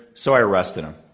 so i arrested him.